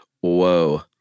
whoa